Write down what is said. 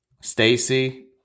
Stacy